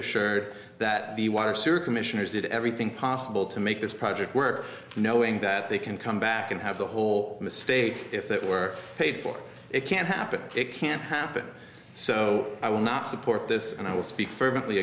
assured that the water circle missionaries did everything possible to make this project work knowing that they can come back and have the whole estate if it were paid for it can't happen it can't happen so i will not support this and i will speak fervently